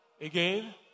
Again